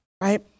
right